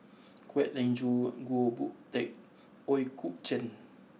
Kwek Leng Joo Goh Boon Teck Ooi Kok Chuen